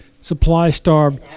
supply-starved